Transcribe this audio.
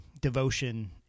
devotion